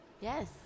Yes